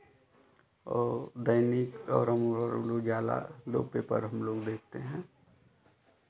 और दैनिक और अमर उजाला दो पेपर हम लोग देखते हैं